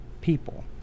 people